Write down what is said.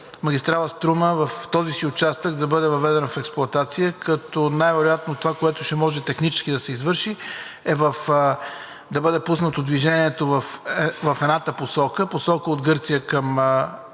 магистрала „Струма“ в този си участък да бъде въведена в експлоатация. Най-вероятно това, което ще може технически да се извърши, е да бъде пуснато движението в едната посока – от Гърция към София,